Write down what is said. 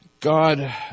God